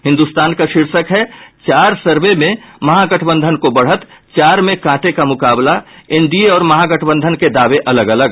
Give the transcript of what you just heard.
हिन्दुस्तान का शीर्षक है चार सर्वे में महागठबंधन को बढ़त चार में कांटे का मुकाबला एनडीए और महागठबंधन के दावे अलग अलग